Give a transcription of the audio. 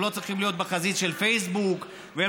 הם לא צריכים להיות בחזית של פייסבוק והם